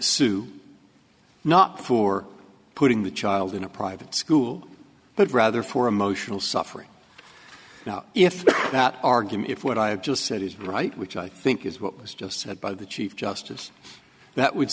sue not before putting the child in a private school but rather for emotional suffering if that argument if what i've just said is right which i think is what was just said by the chief justice that would